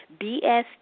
BST